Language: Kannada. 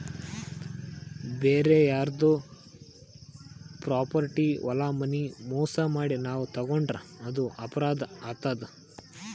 ಬ್ಯಾರೆ ಯಾರ್ದೋ ಪ್ರಾಪರ್ಟಿ ಹೊಲ ಮನಿ ಮೋಸ್ ಮಾಡಿ ನಾವ್ ತಗೋಂಡ್ರ್ ಅದು ಅಪರಾಧ್ ಆತದ್